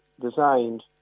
designed